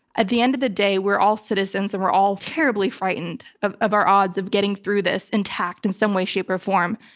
at the end of the day, we're all citizens and we're all terribly frightened of of our odds of getting through this intact in some way, shape or form.